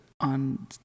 on